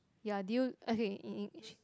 ya due okay in in English